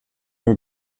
nur